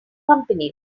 companies